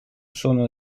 sono